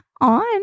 on